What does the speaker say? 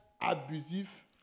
abusif